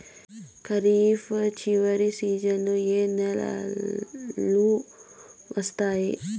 ఖరీఫ్ చివరి సీజన్లలో ఏ నెలలు వస్తాయి?